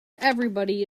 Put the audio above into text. everybody